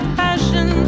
passion